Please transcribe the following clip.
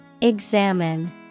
Examine